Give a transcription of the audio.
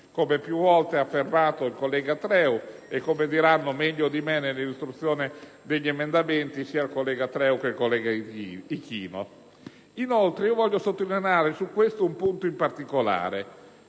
come più volte ha affermato il collega Treu e come diranno meglio di me in sede di illustrazione degli emendamenti sia il collega Treu che il collega Ichino. Inoltre, voglio soffermarmi su un punto in particolare: